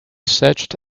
searched